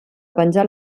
penjà